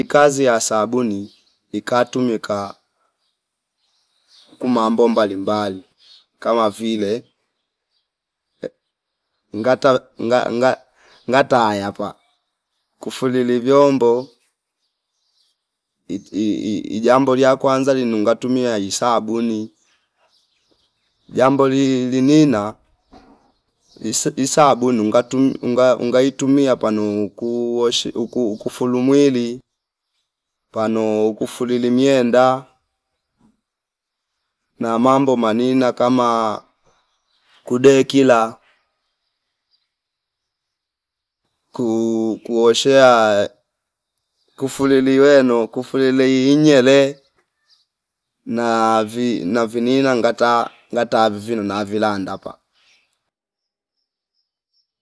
Kazi ya sabuni ikatumika ku mambo mbalimbali kama vile ngata nga- nga- ngata ayava kufulili vyombo iti ii- ii- iijambulia kwanza linu ngatumia isabuni jamboli linina is- sabuni ungatum unga- ungaitumia panu kuu woshi uku- ukufulu mwili pano kufulu limienda na mambo manina kama kudeki la kuu- kuoshea kufululi weno kufululei inyele na vi na vinina ngata ngata vin na vilandapa